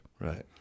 Right